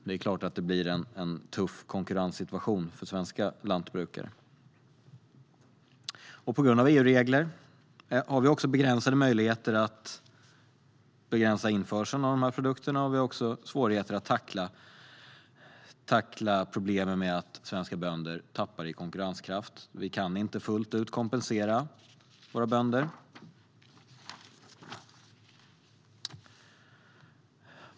Det är klart att det blir en tuff konkurrenssituation för svenska lantbrukare. På grund av EU-regler har vi också begränsade möjligheter att begränsa införseln av dessa produkter, och vi har också svårigheter att tackla problemen med att svenska bönder tappar i konkurrenskraft. Vi kan inte fullt ut kompensera våra bönder.